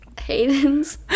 Hayden's